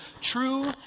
true